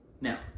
Now